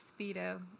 Speedo